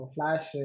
Flash